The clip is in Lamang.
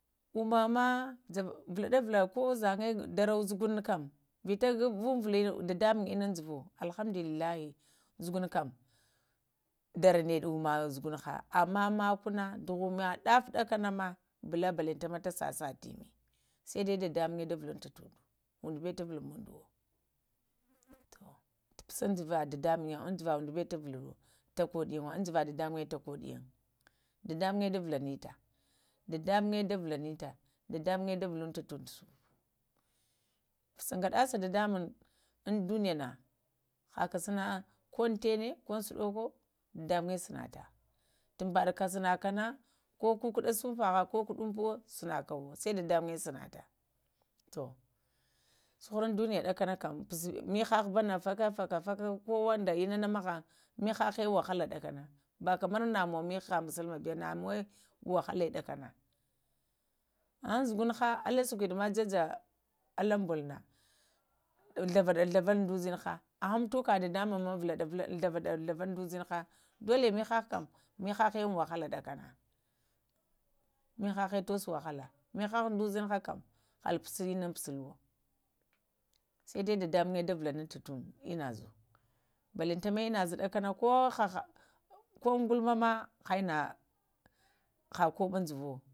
Amə-mə vəɗənuvulə ko uzən, ɗə rə zəguŋ kəm vitə vunvulə ɗaɗamuŋm innən juvu alhamdulillahi, ghuguŋkəm dərə nəɗa ummə zəgunhə əmmə məkunə dughumə ɗəda ɗəkənə blə banlantanama təsə sə təmə dədəmuŋə də vuluŋtundu, undubawe tavuluŋmundowo tupun dvə dadəmuŋm, əmdəva umdobəwo tuvuluwo əm dəva dədəmuŋya tukoɗiyo, dədəmunyə dəvuləyə tə x2 dadəmuŋya dəvəlunta tundo səgəɗəsə dədəmuŋm əm duniya nə kəkə sənə ko əntənə ko suɗoko dədəmuŋmyə sanətə tumbədukənə ko kukuɗa sumfə hə ko kuɗumɓuwo sənəkəwo səkdədəmuŋma sənətə tu cuhurən duniya kəɗəkənə idam məhəhə bənə fəkə-fəkə ko də inə nə məghən məhəhə wəhala ɗəkənə bakamar nəmuwə mihə nə mulumə nəmuŋwə wahalə ɗə kənə ənzugunhə əle sulɗuɗi mə jəjə ələŋ bolunə ghlavə nə ghlaval də uzinhə əhə mutukə dadəmuŋmə ghlavanə-ghlavəl də uzənhə dola mihəhə kam həhəŋe wahala ɗəkənə, məhəhə tusuŋ wahala ɗəkənə, məhəhə də uzinhə kam səi dəi dədə muŋni də vulantə mə zu bənləntanəmə inə zu ɗakanə ko həhə in ha koɓaŋ juvuwo.